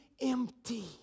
empty